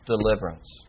deliverance